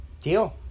Deal